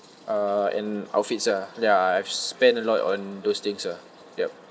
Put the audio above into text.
uh and outfits ah ya I've spent a lot on those things ah yup